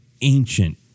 ancient